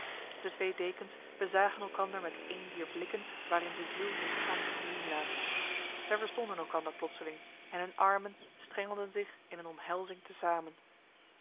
de twee dekens bezagen elkander met een dier blikken waarin de ziel zich gans zien laat zij verstonden elkander plotseling en hun armen strengelden zich in een omhelzing